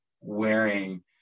wearing